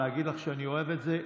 להגיד לך שאני אוהב את זה?